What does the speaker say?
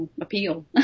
appeal